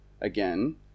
again